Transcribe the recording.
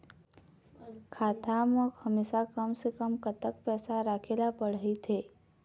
खाता मा हमेशा कम से कम कतक पैसा राखेला पड़ही थे?